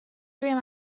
dream